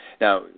Now